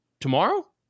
Tomorrow